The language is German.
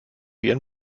ihren